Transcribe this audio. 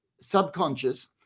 subconscious